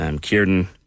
Kieran